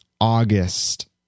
August